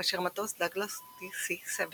כאשר מטוס דאגלס DC-7